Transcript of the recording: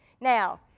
Now